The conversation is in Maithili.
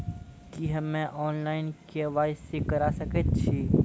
की हम्मे ऑनलाइन, के.वाई.सी करा सकैत छी?